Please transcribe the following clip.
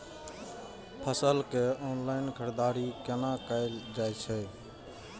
फसल के ऑनलाइन खरीददारी केना कायल जाय छै?